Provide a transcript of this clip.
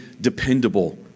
dependable